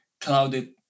clouded